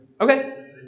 Okay